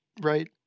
right